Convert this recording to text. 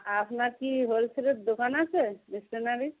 আপনার কি হোলসেলের দোকান আছে স্টেশনারি